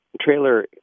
trailer